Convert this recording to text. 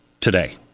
today